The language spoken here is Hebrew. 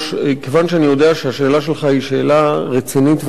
כיוון שאני יודע שהשאלה שלך היא שאלה רצינית ואמיתית,